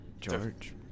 George